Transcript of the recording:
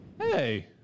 Hey